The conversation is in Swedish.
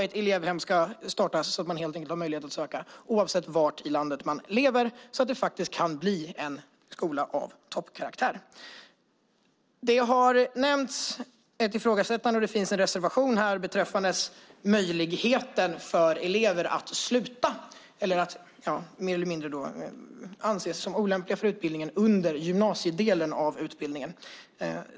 Ett elevhem ska startas så att man har möjlighet att söka oavsett var i landet man lever. På det viset kan det bli en skola av toppkaraktär. Det har nämnts ett ifrågasättande, och det finns en reservation beträffande möjligheten för elever att sluta om de mer eller mindre anses som olämpliga för utbildningen under gymnasiedelen.